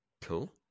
Cool